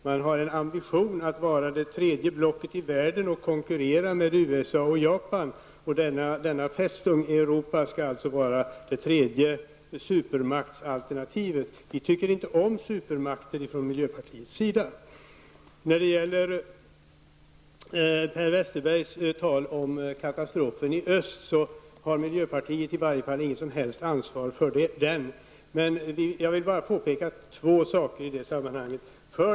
Man har en ambition att vara det tredje stora blocket i världen och konkurrera med USA och Japan. Denna Festung i Europa skall alltså vara det tredje supermaktsalternativet. Vi i miljöpartiet tycker inte om supermakter. Per Westerberg talar om katastrofen i öst. Den har i varje fall miljöpartiet i Sverige inget som helst ansvar för. Låt mig påpeka två saker i sammanhanget.